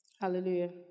hallelujah